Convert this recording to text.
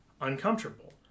uncomfortable